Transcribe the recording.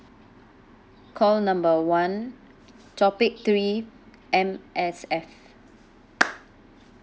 call number one topic three M_S_F